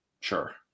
Sure